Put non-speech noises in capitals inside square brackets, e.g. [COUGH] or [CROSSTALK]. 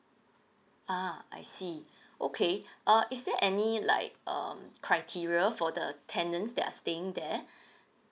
ah I see [BREATH] okay uh is there any like um criteria for the tenants that are staying there [BREATH]